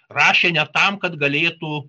rašė ne tam kad galėtų